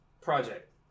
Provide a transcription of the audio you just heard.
project